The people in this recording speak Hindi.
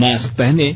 मास्क पहनें